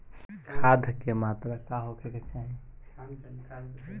खाध के मात्रा का होखे के चाही?